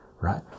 right